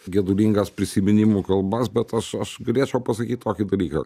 gedulingas prisiminimų kalbas bet aš aš galėčiau pasakyt tokį dalyką